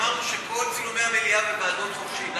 אמרנו שכל צילומי המליאה והוועדות, חופשי.